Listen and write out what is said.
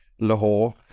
Lahore